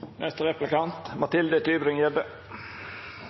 Neste replikant